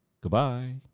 Goodbye